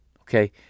Okay